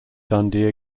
dundee